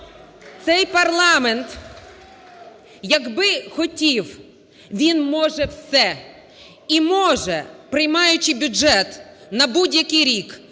Цей парламент, якби хотів, він може все, і може, приймаючи бюджет на будь-який рік,